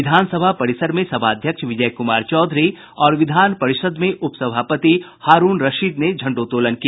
विधानसभा परिसर में सभाध्यक्ष विजय कुमार चौधरी और विधान परिषद में उप सभापति हारूण रशीद ने झंडोतोलन किया